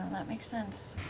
that makes sense.